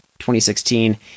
2016